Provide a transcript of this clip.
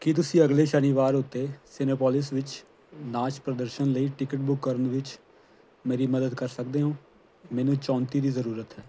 ਕੀ ਤੁਸੀਂ ਅਗਲੇ ਸ਼ਨੀਵਾਰ ਉੱਤੇ ਸਿਨੇਪੋਲਿਸ ਵਿੱਚ ਨਾਚ ਪ੍ਰਦਰਸ਼ਨ ਲਈ ਟਿਕਟ ਬੁੱਕ ਕਰਨ ਵਿੱਚ ਮੇਰੀ ਮਦਦ ਕਰ ਸਕਦੇ ਹੋ ਮੈਨੂੰ ਚੌਂਤੀ ਦੀ ਜ਼ਰੂਰਤ ਹੈ